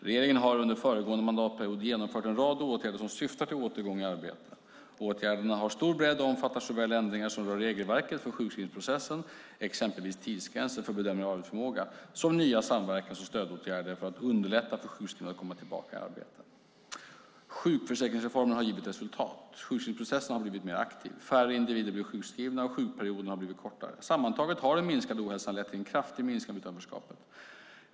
Regeringen har under föregående mandatperiod genomfört en rad åtgärder som syftar till återgång i arbete. Åtgärderna har stor bredd och omfattar såväl ändringar som rör regelverket för sjukskrivningsprocessen, exempelvis tidsgränser för bedömning av arbetsförmåga, som nya samverkans och stödåtgärder för att underlätta för sjukskrivna att komma tillbaka i arbete. Sjukförsäkringsreformen har givit resultat. Sjukskrivningsprocessen har blivit mer aktiv. Färre individer blir sjukskrivna, och sjukperioderna har blivit kortare. Sammantaget har den minskade ohälsan lett till en kraftig minskning av utanförskapet.